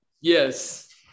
Yes